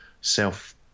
self